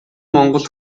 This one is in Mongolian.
монгол